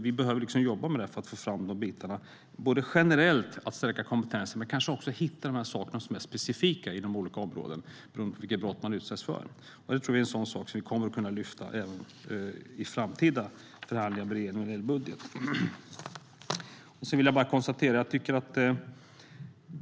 Vi behöver jobba för att få fram de bitarna och både stärka kompetensen generellt och hitta de saker som är specifika inom olika områden, beroende på vilket brott man utsatts för. Det är en sak som vi kommer att lyfta upp även i framtida budgetförhandlingar med regeringen.